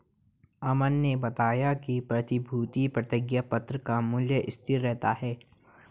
अमन ने बताया कि प्रतिभूति प्रतिज्ञापत्र का मूल्य स्थिर रहता है